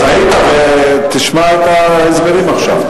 אז היית ותשמע את ההסברים עכשיו.